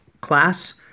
class